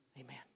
Amen